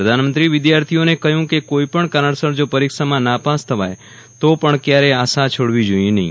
પ્રધાનમંત્રીએ વિદ્યાર્થીઓને કહ્યું કે કોઇપણ કારણસર જો પરીક્ષામાં નાપાસ થવાય તો પણ ક્યારેય આશા છોડવી જોઇએ નહી